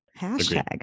hashtag